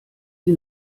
sie